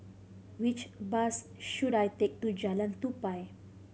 which bus should I take to Jalan Tupai